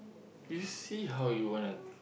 you see how you wanna